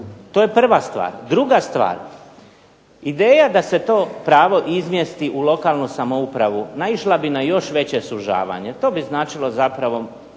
To je prva stvar. Druga stvar, ideja da se to pravo izmjesti u lokalnu samoupravu naišla bi na još veće sužavanje. To bi značilo zapravo